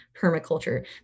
permaculture